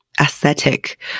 aesthetic